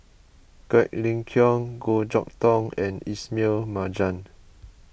Quek Ling Kiong Goh Chok Tong and Ismail Marjan